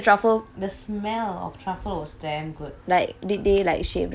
like did they like shave the truffle oh okay ya